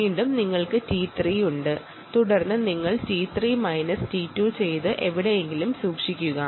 വീണ്ടും നിങ്ങൾക്ക് t3 കിട്ടും തുടർന്ന് നിങ്ങൾ t3 മൈനസ് t2 ചെയ്ത് വെയ്ക്കുക